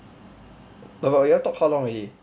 oh but you all talk how long already